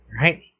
right